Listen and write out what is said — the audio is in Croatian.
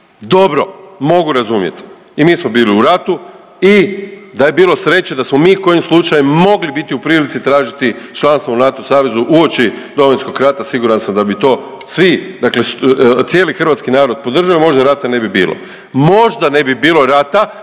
Dobro. Mogu razumjeti, i mi smo bili u ratu i da je bilo sreće, da smo mi kojim slučajem mogli biti u prilici tražiti članstvo u NATO savezu uoči Domovinskog rata, siguran sam da bi to svi dakle cijeli hrvatski narod podržao, možda rata ne bi bilo. Možda ne bi bilo rata